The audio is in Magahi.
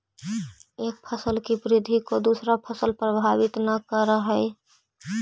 एक फसल की वृद्धि को दूसरा फसल प्रभावित न करअ हई